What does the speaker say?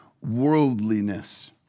worldliness